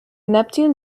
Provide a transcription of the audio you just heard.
neptune